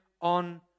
on